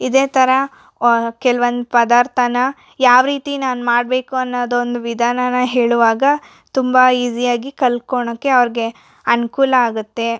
ಇದೇ ಥರ ಕೆಲ್ವೊಂದು ಪದಾರ್ಥನ ಯಾವ ರೀತಿ ನಾನು ಮಾಡಬೇಕು ಅನ್ನೋದೊಂದು ವಿಧಾನಾನ ಹೇಳುವಾಗ ತುಂಬಾ ಈಜಿಯಾಗಿ ಕಲ್ತ್ಕೊಳ್ಳೋಕೆ ಅವ್ರಿಗೆ ಅನುಕೂಲ ಆಗುತ್ತೆ